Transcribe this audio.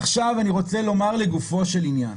עכשיו אני רוצה לומר לגופו של עניין.